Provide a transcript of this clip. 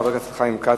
חבר הכנסת חיים כץ,